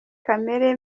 kamere